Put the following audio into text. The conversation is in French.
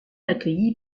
accueilli